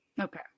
okay